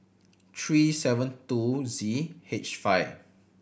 three seven two Z H five